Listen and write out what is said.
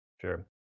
Sure